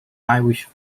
irish